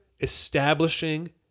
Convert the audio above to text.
establishing